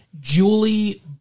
Julie